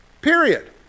Period